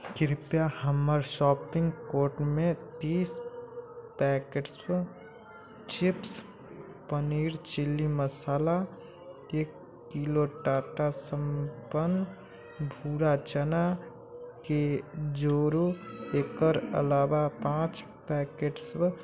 कृपया हमर शॉपिंग कोर्टमे तीस पैकेटसँ चिप्स पनीर चिली मसाला एक किलो टाटा संपन्न भूरा चनाके जोड़ू एकर अलाबा पांँच पैकेट्स